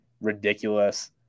ridiculous